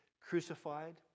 crucified